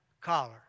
collar